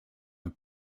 een